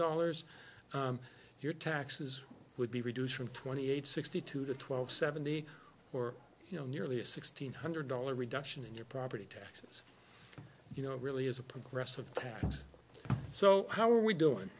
dollars your taxes would be reduced from twenty eight sixty two to twelve seventy or nearly a sixteen hundred dollar reduction in your property taxes you know it really is a progressive tax so how are we doing